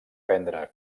prendre